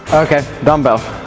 okay, dumbbell.